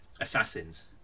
Assassins